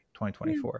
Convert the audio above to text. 2024